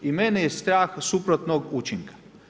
I mene je strah suprotnog učinka.